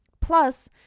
Plus